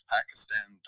Pakistan